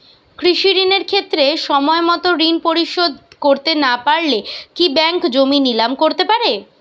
কৃষিঋণের ক্ষেত্রে সময়মত ঋণ পরিশোধ করতে না পারলে কি ব্যাঙ্ক জমি নিলাম করতে পারে?